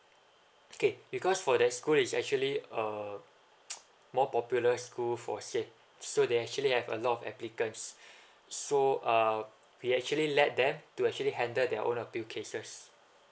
okay because for that school is actually uh more popular school for say so they actually have a lot of applicants so um he actually let them to actually handle their own appeal cases